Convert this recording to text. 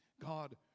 God